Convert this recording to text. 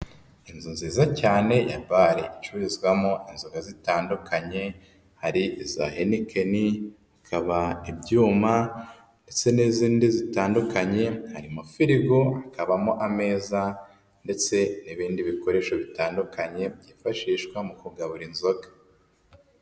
Inzu nziza cyane ya bare, icururizwamo inzoga zitandukanye, hari iza Henikini, ibyuma ndetse n'izindi zitandukanye, harimo firigo, hakabamo ameza ndetse n'ibindi bikoresho bitandukanye byifashishwa mu kugabura inzoga.